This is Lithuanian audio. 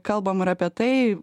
kalbam ir apie tai